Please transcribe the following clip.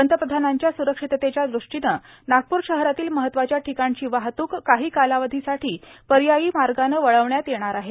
पंतप्रधानांच्या सुरक्षिततेच्या दृष्टीनं नागपूर शहरातील महत्वाच्या ठिकाणची वाहतूक काही कालावधी साठी पर्यायी मार्गानं वळविण्यात येणार आहे